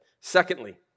Secondly